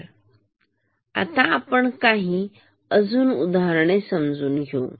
तर आता आपण काही अजून उदाहरणे पाहूया